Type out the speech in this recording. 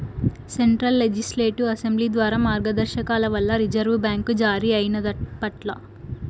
central legislative assembly ద్వారా మార్గదర్శకాల వల్ల రిజర్వు బ్యాంక్ జారీ అయినాదప్పట్ల